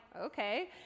okay